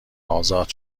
آزاد